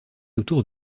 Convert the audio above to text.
autour